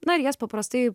na ir jas paprastai